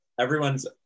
everyone's